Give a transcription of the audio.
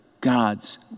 God's